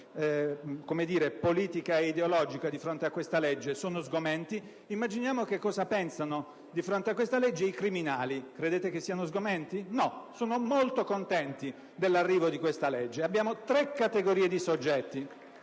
politica e ideologica, di fronte a questa legge: sono sgomenti. Immaginiamo che cosa pensano di fronte a questa legge i criminali: credete che siano sgomenti? No, sono molto contenti dell'arrivo di questa legge. *(Applausi dal